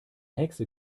hexe